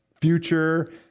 future